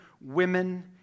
women